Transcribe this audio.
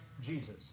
Jesus